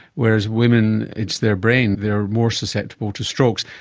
whereas women, it's their brain, they are more susceptible to strokes.